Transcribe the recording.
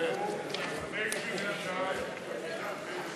סעיף תקציבי 04,